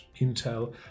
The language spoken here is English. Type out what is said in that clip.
Intel